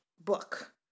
book